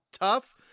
Tough